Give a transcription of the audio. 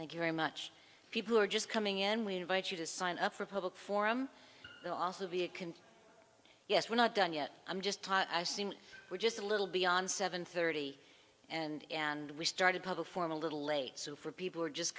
thank you very much people are just coming in we invite you to sign up for a public forum we'll also be a can yes we're not done yet i'm just saying we're just a little beyond seven thirty and and we started public form a little late so for people are just